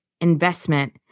investment